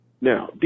Now